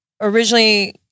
originally